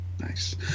Nice